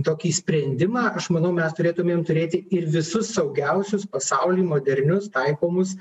tokį sprendimą aš manau mes turėtumėm turėti ir visus saugiausius pasauly modernius taikomus